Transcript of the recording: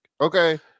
Okay